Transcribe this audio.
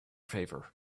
favor